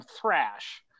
thrash